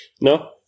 No